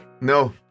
No